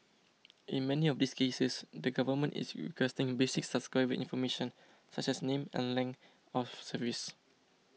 in many of these cases the government is requesting basic subscriber information such as name and length of service